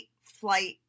flight